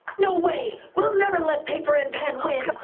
no way! we'll never let paper and pen win!